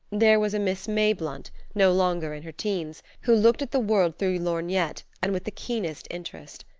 there was a miss mayblunt, no longer in her teens, who looked at the world through lorgnettes and with the keenest interest.